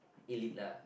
elite lah